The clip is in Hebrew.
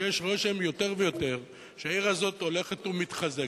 שיש רושם יותר ויותר שהעיר הזאת הולכת ומתחזקת,